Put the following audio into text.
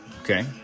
Okay